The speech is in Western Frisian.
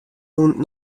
rûn